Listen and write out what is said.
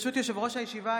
ברשות יושב-ראש הישיבה,